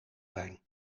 zijn